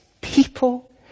people